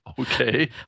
okay